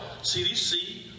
CDC